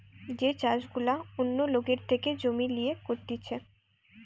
যে চাষ গুলা অন্য লোকের থেকে জমি লিয়ে করতিছে